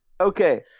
Okay